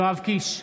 יואב קיש,